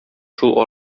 шул